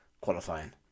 qualifying